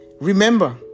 Remember